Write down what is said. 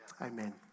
Amen